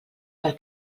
pel